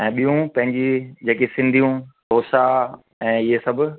ऐं ॿियूं पंहिंजी जेकी सिंधियूं तोशा ऐं इहे सभु